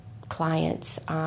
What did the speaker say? clients